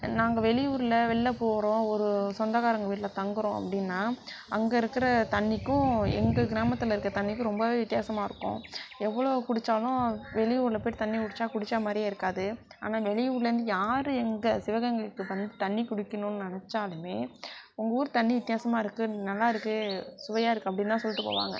நாங்கள் வெளியூரில் வெளில போகறோம் ஒரு சொந்தகாரங்க வீட்டில் தங்குறோம் அப்படின்னா அங்கே இருக்கிற தண்ணிக்கும் எங்கள் கிராமத்தில் இருக்க தண்ணிக்கும் ரொம்பவே வித்தியாசமாக இருக்கும் எவ்வளோ குடிச்சாலும் வெளியூரில் போய்விட்டு தண்ணி குடிச்சா குடிச்சா மாதிரியே இருக்காது ஆனால் வெளியூர்லந்து யார் எங்கள் சிவகங்கைக்கு வந்து தண்ணி குடிக்கிணுன்னு நினச்சாலுமே உங்கள் ஊர் தண்ணி வித்தியாசமாக இருக்கு நல்லா இருக்கு சுவையாக இருக்கு அப்படின்தான் சொல்லிவிட்டு போவாங்க